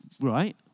right